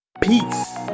peace